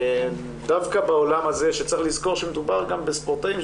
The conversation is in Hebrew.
ודווקא בעולם הזה שצריך לזכור שמדובר גם בספורטאים,